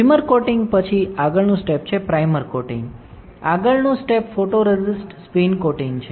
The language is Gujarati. પ્રિમર કોટિંગ પછી આગળનું સ્ટેપ છે પ્રાઇમર કોટિંગ આગળનું સ્ટેપ ફોટોરેસિસ્ટ સ્પિન કોટિંગ છે